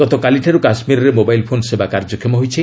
ଗତକାଲିଠାରୁ କାଶ୍ମୀରରେ mobile phone ସେବା କାର୍ଯ୍ୟକ୍ଷମ ହୋଇଛି